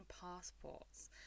passports